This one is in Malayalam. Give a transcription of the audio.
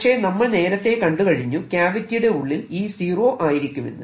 പക്ഷെ നമ്മൾ നേരത്തെ കണ്ടുകഴിഞ്ഞു ക്യാവിറ്റിയുടെ ഉള്ളിൽ E സീറോ ആയിരിക്കുമെന്ന്